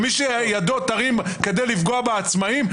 מי שירים ידו ויפגע בעצמאים,